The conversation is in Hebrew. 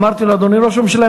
אמרתי לו: אדוני ראש הממשלה,